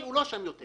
הוא לא שם יותר.